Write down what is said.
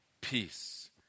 peace